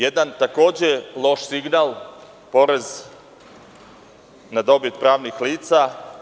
Jedan takođe loš signal, porez na dobit pravnih lica.